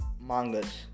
mangas